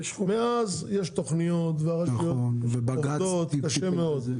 מאז יש תכניות והרשויות עובדות קשה מאוד.